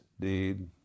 deed